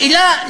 השאלה,